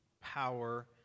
power